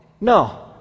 no